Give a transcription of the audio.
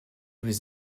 was